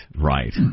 Right